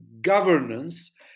governance